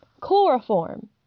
Chloroform